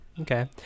Okay